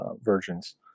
versions